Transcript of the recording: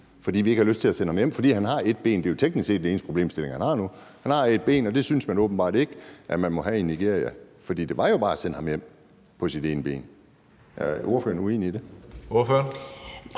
fordi vi ikke har lyst til at sende ham hjem, fordi han har ét ben? Det er jo teknisk set den eneste problemstilling, han har nu. Han har ét ben, og det synes man åbenbart ikke at man må have i Nigeria. For det var jo bare at sende ham hjem på hans ene ben. Er ordføreren uenig i det? Kl.